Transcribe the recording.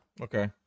Okay